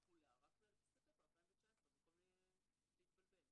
תחולה רק בספטמבר 2019 במקום להתבלבל.